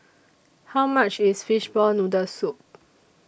How much IS Fishball Noodle Soup